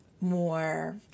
more